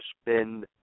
spend